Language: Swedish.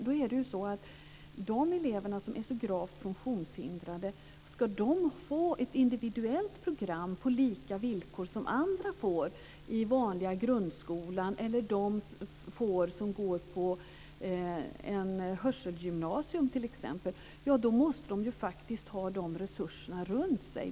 Om dessa elever, som är så gravt funktionshindrade, ska få ett individuellt program på lika villkor som andra elever i den vanliga grundskolan eller på t.ex. ett hörselgymnasium, måste de faktiskt ha resurser runt sig.